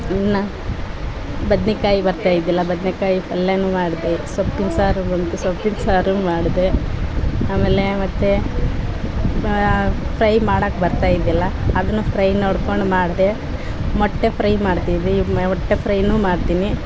ಇನ್ನು ಬದನೇಕಾಯಿ ಬರ್ತಾ ಇದ್ದಿಲ್ಲಾ ಬದನೇಕಾಯಿ ಪಲ್ಯ ಮಾಡಿದೆ ಸೊಪ್ಪಿನ ಸಾರು ಬಂತು ಸೊಪ್ಪಿನ ಸಾರು ಮಾಡಿದೆ ಆಮೇಲೆ ಮತ್ತು ಫ್ರೈ ಮಾಡೋಕ್ ಬರ್ತಾ ಇದ್ದಿಲ್ಲ ಅದನ್ನು ಫ್ರೈ ನೋಡ್ಕೊಂಡು ಮಾಡಿದೆ ಮೊಟ್ಟೆ ಫ್ರೈ ಮಾಡ್ತಿದ್ದೆ ಈಗ ಮೊಟ್ಟೆ ಫ್ರೈನು ಮಾಡ್ತೀನಿ